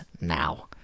now